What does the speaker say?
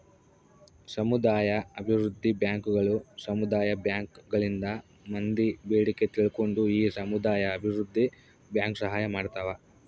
ಸಮುದಾಯ ಅಭಿವೃದ್ಧಿ ಬ್ಯಾಂಕುಗಳು ಸಮುದಾಯ ಬ್ಯಾಂಕ್ ಗಳಿಂದ ಮಂದಿ ಬೇಡಿಕೆ ತಿಳ್ಕೊಂಡು ಈ ಸಮುದಾಯ ಅಭಿವೃದ್ಧಿ ಬ್ಯಾಂಕ್ ಸಹಾಯ ಮಾಡ್ತಾವ